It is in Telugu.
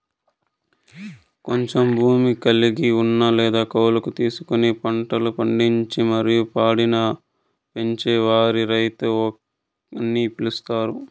కొంచెం భూమి కలిగి ఉన్న లేదా కౌలుకు తీసుకొని పంటలు పండించి మరియు పాడిని పెంచే వారిని రైతు అని పిలుత్తారు